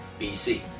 BC